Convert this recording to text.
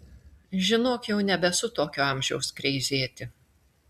žinok jau nebesu tokio amžiaus kreizėti